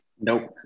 Nope